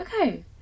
okay